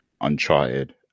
Uncharted